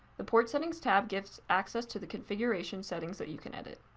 the port settings tab gives access to the configuration settings that you can edit.